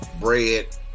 bread